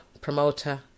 promoter